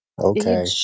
Okay